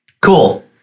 Cool